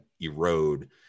erode